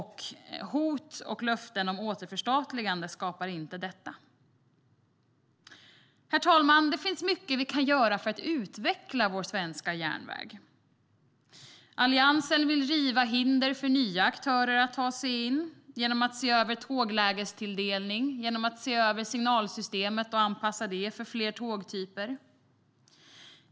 Hot och löften om återförstatligande skapar inte detta. Herr talman! Det finns mycket vi kan göra för att utveckla den svenska järnvägen. Alliansen vill riva hindren för nya aktörer att ta sig in genom att se över tåglägestilldelning och genom att se över och anpassa signalsystemet för fler tågtyper.